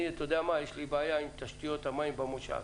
אתה יודע מה, יש לי בעיה עם תשתיות המים במושב,